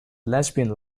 lesbian